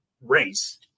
race